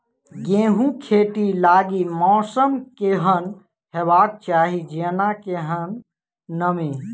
गेंहूँ खेती लागि मौसम केहन हेबाक चाहि जेना केहन नमी?